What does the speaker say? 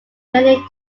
many